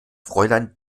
fräulein